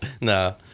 No